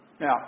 Now